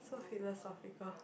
too philosophical